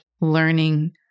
learning